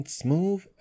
smooth